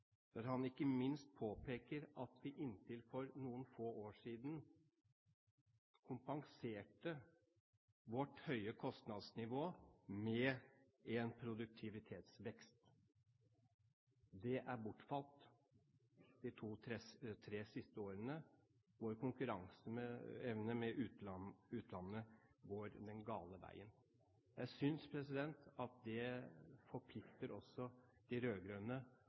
der han ikke minst påpeker at vi inntil for noen få år siden kompenserte vårt høye kostnadsnivå med en produktivitetsvekst. Det har bortfalt de to–tre siste årene. Vår konkurranseevne i forhold til utlandet går den gale veien. Jeg synes at det forplikter også de